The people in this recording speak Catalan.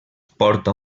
porta